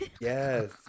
Yes